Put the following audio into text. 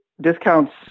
discounts –